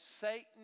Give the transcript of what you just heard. Satan